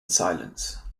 silence